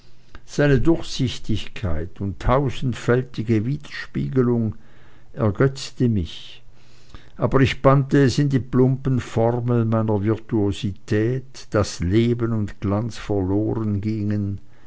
seine durchsichtigkeit und tausendfältige widerspiegelung ergötzte mich aber ich bannte es in die plumpen formeln meiner virtuosität daß leben und glanz verlorengingen